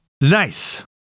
Nice